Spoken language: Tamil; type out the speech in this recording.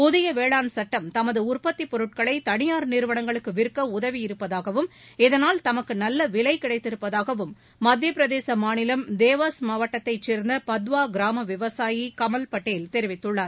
புதிய வேளாண் சட்டம் தமது உற்பத்திப் பொருட்களை தனியார் நிறுவனங்களுக்கு விற்க உதவி இருப்பதாகவும் இதனால் தமக்கு நல்ல விலை கிடைத்திருப்பதாகவும் மத்திய பிரதேச மாநிலம் தேவாஸ் மாவட்டத்தைச் சே்ந்த பதாவா கிராம விவசாயி கமல்படேல் தெரிவித்துள்ளார்